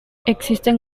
existen